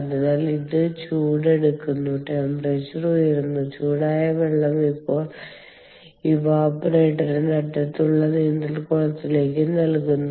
അതിനാൽ അത് ചൂട് എടുക്കുന്നു ടെമ്പറേച്ചർ ഉയരുന്നു ചൂടായ വെള്ളം ഇപ്പോൾ ഇവാപറേറ്ററിന്റെ അറ്റത്തുള്ള നീന്തൽക്കുളത്തിലേക്ക് നൽകുന്നു